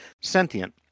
sentient